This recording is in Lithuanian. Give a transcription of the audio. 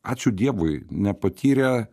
ačiū dievui nepatyrė